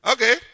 Okay